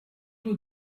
aux